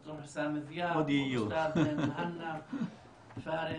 ד"ר חוסאם דיאב ומוהנא פארס.